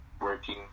working